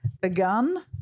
begun